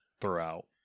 throughout